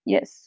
Yes